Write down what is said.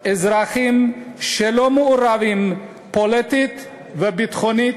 אזרחים שלא מעורבים פוליטית וביטחונית,